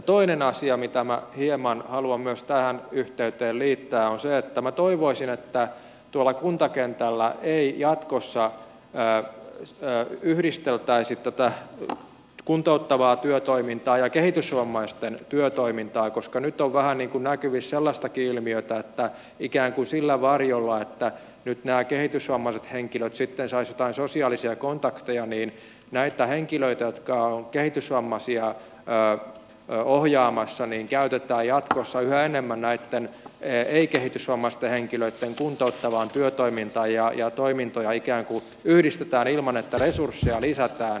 toinen asia mitä minä hieman haluan myös tähän yhteyteen liittää on se että minä toivoisin että tuolla kuntakentällä ei jatkossa yhdisteltäisi tätä kuntouttavaa työtoimintaa ja kehitysvammaisten työtoimintaa koska nyt on vähän niin kuin näkyvissä sellaistakin ilmiötä että ikään kuin sillä varjolla että nyt nämä kehitysvammaiset henkilöt sitten saisivat joitain sosiaalisia kontakteja näitä henkilöitä jotka ovat kehitysvammaisia ohjaamassa käytetään jatkossa yhä enemmän näitten ei kehitysvammaisten henkilöitten kuntouttavaan työtoimintaan ja toimintoja ikään kuin yhdistetään ilman että resursseja lisätään